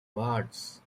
wards